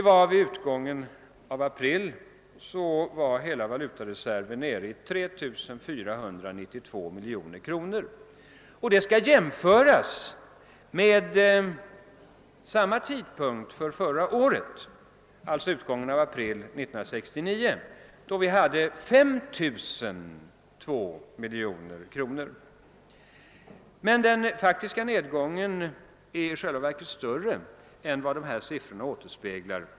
Vid utgången av april var hela valutareserven nere i 3 492 miljoner kronor, och detta belopp skall jämföras med samma tidpunkt förra året, d.v.s. utgången av april 1969, då vi hade 5002 miljoner kronor. Den faktiska nedgången är i själva verket större än vad dessa siffror återspeglar.